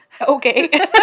Okay